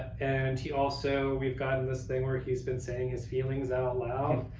and he also we've gotten this thing where he's been saying his feelings out loud.